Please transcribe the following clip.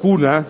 kuna